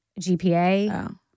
GPA